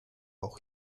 auch